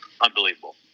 unbelievable